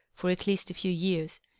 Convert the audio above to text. for at least a few years,